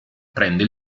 prende